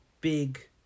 big